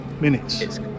minutes